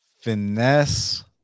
finesse